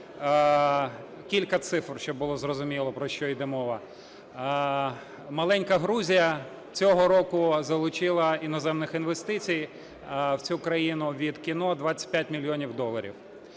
Кілька цифр, щоб було зрозуміло, про що йде мова. Маленька Грузія цього року залучила іноземних інвестицій в цю країну від кіно – 25 мільйонів доларів.